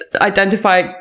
identify